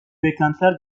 beklentiler